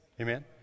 Amen